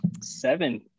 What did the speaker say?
seven